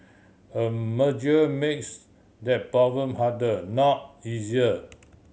a merger makes that problem harder not easier